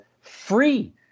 free